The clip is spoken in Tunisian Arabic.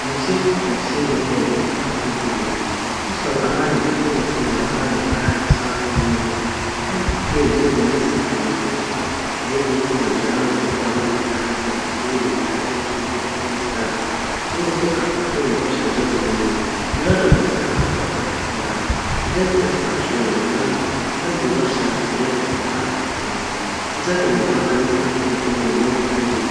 موسيقى تونسيا هاديا تقليديا, خصوصاً الأغاني القديما ثم الأغاني للراحل صالح المهدي, نحب كي زادا إن نسمع الموسيقا الهاديا كيما الجراز, وإلا بعض الألحان الكلاسيكيا اللي تساعدني باش نرتاح ونسترخي, والموسيقا تعطيني برشا جو مريح, ونجرب نسمعها في أوقات الفراغ, ولزادا نسمع شويا راب, وعندي برشا رابريت نتبعهم توانسا, وزادا من برا كيما إمينام إماريكي.